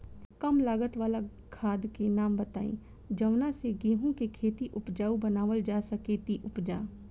कम लागत वाला खाद के नाम बताई जवना से गेहूं के खेती उपजाऊ बनावल जा सके ती उपजा?